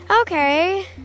Okay